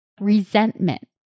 resentment